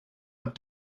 have